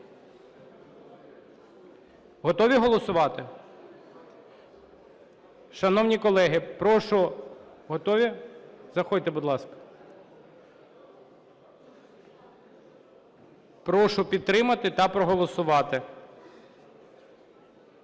Готові голосувати? Готові голосувати? Прошу підтримати та проголосувати.